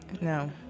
No